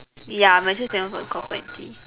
ya Malaysia is famous for coffee and tea